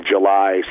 July